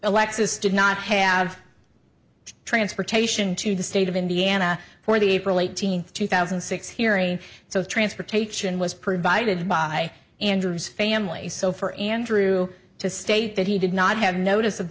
alexis did not have transportation to the state of indiana for the april eighteenth two thousand and six hearing so transportation was provided by andrew's family so for andrew to state that he did not have notice of